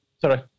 sorry